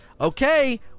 Okay